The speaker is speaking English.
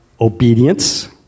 obedience